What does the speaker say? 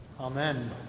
Amen